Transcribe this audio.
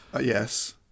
Yes